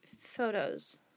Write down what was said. photos